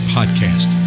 Podcast